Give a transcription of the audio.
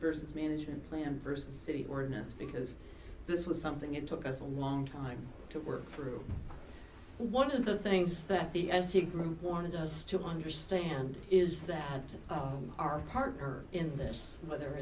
versus management plan versus city ordinance because this was something it took us a long time to work through one of the things that the s c group wanted us to understand is that our partner in this whether